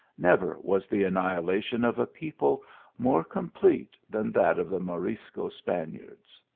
never was the annihilation of a people more com plete than that of the morisco spaniards.